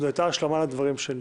זאת הייתה השלמה לדברים שלי.